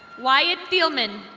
wyatt fieldman.